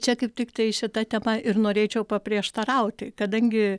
čia kaip tiktai šita tema ir norėčiau paprieštarauti kadangi